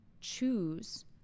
choose